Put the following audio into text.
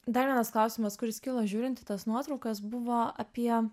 dar vienas klausimas kuris kilo žiūrint į tas nuotraukas buvo apie